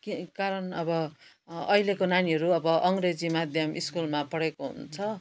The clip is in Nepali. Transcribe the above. कारण अब अहिलेको नानीहरू अब अङ्ग्रेजी माध्यम स्कुलमा पढेको हुन्छ